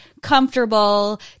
comfortable